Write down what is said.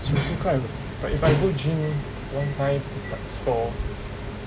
九十块 but if I go gym one time times four